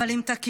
אבל עם תקיפות,